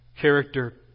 character